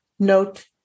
Note